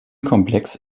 komplex